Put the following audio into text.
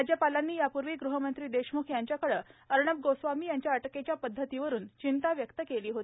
राज्यपालांनी यापूर्वी गृहमंत्री देशम्ख यांच्याकडे अर्णब गोस्वामी यांच्या अटकेच्या पदधतीवरून चिंता व्यक्त केली होती